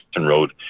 road